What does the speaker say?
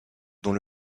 dont